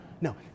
no